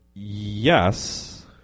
Yes